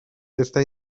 está